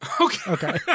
okay